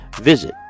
visit